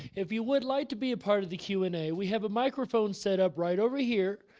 if you would like to be a part of the q and a, we have a microphone set up right over here.